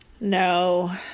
No